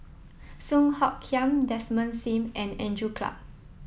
Song Hoot Kiam Desmond Sim and Andrew Clarke